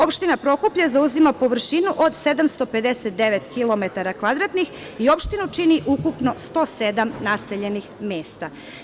Opština Prokuplje zauzima površinu od 759 kilometara kvadratnih i opštinu čini ukupno 107 naseljenih mesta.